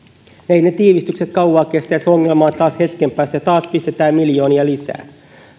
eivät ne tiivistykset kauan kestä ja se ongelma on taas hetken päästä ja taas pistetään miljoonia lisää